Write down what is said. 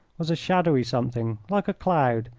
was shadowy something like a cloud,